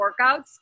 workouts